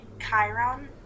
Chiron